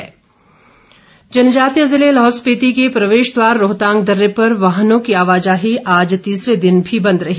रोहतांग दर्रा जनजातीय ज़िले लाहौल स्पिति के प्रवेश द्वार रोहतांग दर्रे पर वाहनों की आवाजाही आज तीसरे दिन भी बंद रही